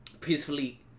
peacefully